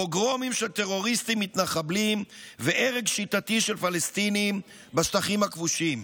פוגרומים של טרוריסטים מתנחבלים והרג שיטתי של פלסטינים בשטחים הכבושים.